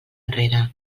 enrere